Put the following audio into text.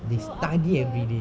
so after